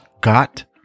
got